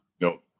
no